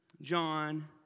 John